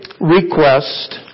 request